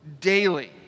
daily